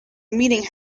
meeting